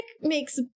makes